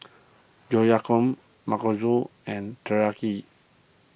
Oyakodon and Teriyaki